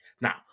Now